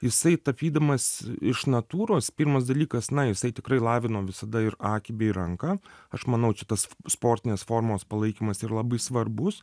jisai tapydamas iš natūros pirmas dalykas na jisai tikrai lavino visada ir akį bei ranką aš manau čia tas sportinės formos palaikymas yra labai svarbus